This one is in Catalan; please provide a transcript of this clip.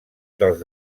dels